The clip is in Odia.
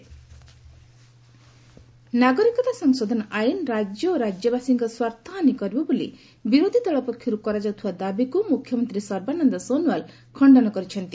ଆସାମ ସିଏମ୍ ସିଏଏ ନାଗରିକତା ସଂଶୋଧନ ଆଇନ୍ ରାଜ୍ୟ ଓ ରାଜ୍ୟବାସୀଙ୍କ ସ୍ୱାର୍ଥହାନୀ କରିବ ବୋଲି ବିରୋଧୀ ଦଳ ପକ୍ଷରୁ କରାଯାଉଥିବା ଦାବିକୁ ମୁଖ୍ୟମନ୍ତ୍ରୀ ସର୍ବାନନ୍ଦ ସୋନୱାଲ୍ ଖଣ୍ଡନ କରିଛନ୍ତି